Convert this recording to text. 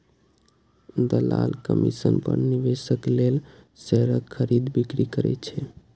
दलाल कमीशन पर निवेशक लेल शेयरक खरीद, बिक्री करै छै